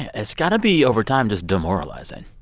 it's got to be, over time, just demoralizing